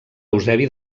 eusebi